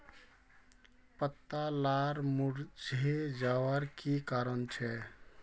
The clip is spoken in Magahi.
पत्ता लार मुरझे जवार की कारण छे?